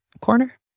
Corner